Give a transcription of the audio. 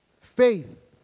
Faith